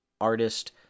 artist